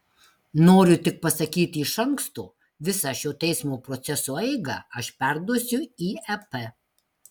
noriu tik pasakyti iš anksto visą šio teismo proceso eigą aš perduosiu į ep